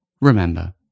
Remember